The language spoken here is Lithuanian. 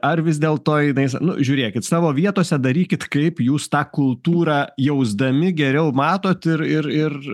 ar vis dėlto jinai sa nu žiūrėkit savo vietose darykit kaip jūs tą kultūrą jausdami geriau matot ir ir ir